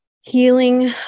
healing